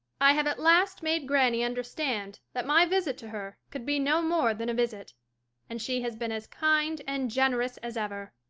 i have at last made granny understand that my visit to her could be no more than a visit and she has been as kind and generous as ever.